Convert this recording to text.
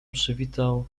przywitał